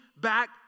back